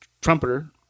trumpeter